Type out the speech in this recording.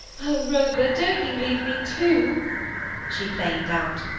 oh, rover, don't you leave me, too she plained out.